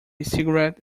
cigarette